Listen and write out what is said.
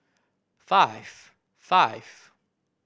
five five